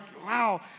wow